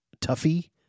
Tuffy